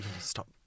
Stop